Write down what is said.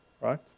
right